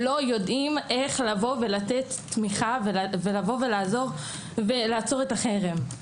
לא יודעים איך לתת תמיכה ולעצור את החרם.